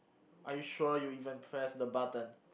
are you sure you even press the button